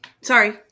Sorry